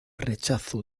rechazo